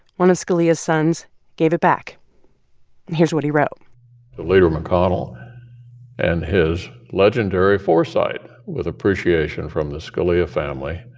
one of scalia's sons gave it back. and here's what he wrote to leader mcconnell and his legendary foresight, with appreciation from the scalia family,